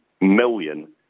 million